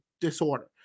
disorder